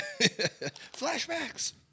Flashbacks